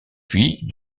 puis